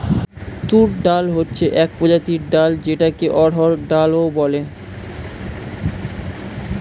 তুর ডাল হচ্ছে এক প্রজাতির ডাল যেটাকে অড়হর ডাল ও বলে